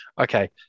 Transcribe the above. Okay